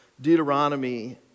Deuteronomy